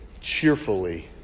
cheerfully